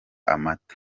amata